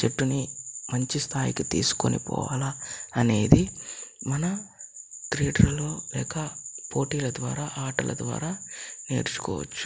మన జట్టుని మంచి స్థాయికి తీసుకునిపోవాలి అనేది మన లేక పోటీల ద్వారా ఆటల ద్వారా నేర్చుకోవచ్చు